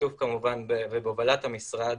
בשיתוף כמובן ובהובלת המשרד,